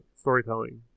storytelling